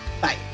Bye